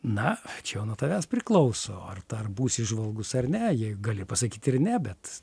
na čia jau nuo tavęs priklauso ar ta ar būsi įžvalgus ar ne jei gali pasakyt ir ne bet